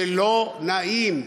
זה לא נעים,